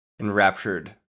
enraptured